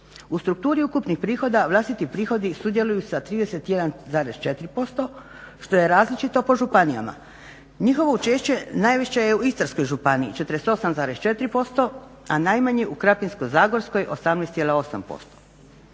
U strukturi ukupnih prihoda vlastiti prihodi sudjeluju sa 31,4% što je različito po županijama. Njihovo učešće najveće je u Istarskoj županiji 48,4% a najmanje u Krapinsko-zagorskoj 18,8%.